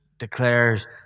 declares